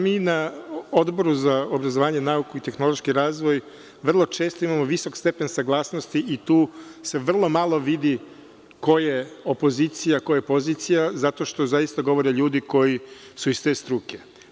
Mi na Odboru za obrazovanje, nauku i tehnološki razvoj vrlo često imamo visok stepen saglasnosti i tu se vrlo malo vidi ko je opozicija, a ko je pozicija zato što zaista govore ljudi koji su iz te struke.